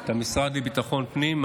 את המשרד לביטחון פנים.